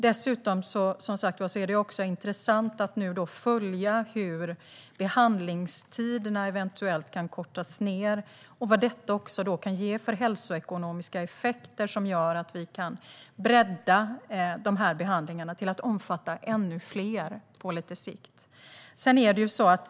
Dessutom är det intressant att följa hur behandlingstiderna eventuellt kan kortas ned och vad detta kan ge för hälsoekonomiska effekter som gör att vi kan bredda de här behandlingarna till att omfatta ännu fler personer på sikt.